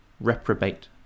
reprobate